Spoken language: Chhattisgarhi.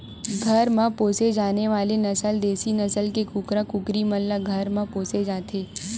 घर म पोसे जाने वाले नसल देसी नसल के कुकरा कुकरी मन ल घर म पोसे जाथे